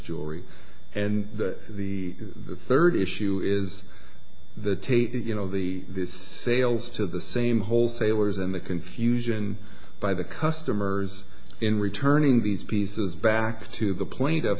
jewelry and that the the third issue is the tate you know the sales to the same wholesalers and the confusion by the customers in returning these pieces back to the playing of